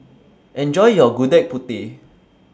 Enjoy your Gudeg Putih